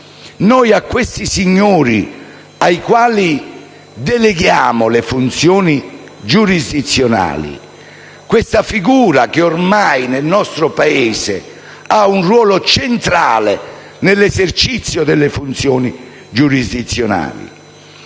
Noi a questi signori deleghiamo le funzioni giurisdizionali. Questa è una figura che ormai nel nostre Paese ha un ruolo centrale nell'esercizio delle funzioni giurisdizionali.